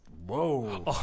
whoa